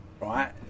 right